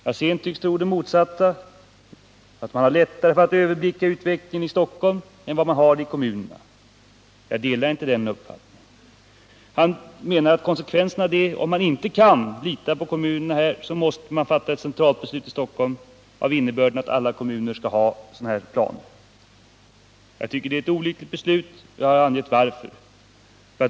Hans Alsén tycks tro det motsatta: att man i Stockholm har lättare att överblicka utvecklingen än vad man har i kommunerna. Jag delar inte den uppfattningen. Han menar att konsekvensen av att man inte kan lita på kommunerna på denna punkt är att man måste fatta ett centralt beslut i Stockholm av innebörden att alla kommuner skall ha varuförsörjningsplaner. Jag tycker det vore ett olyckligt beslut och jag har angivit varför.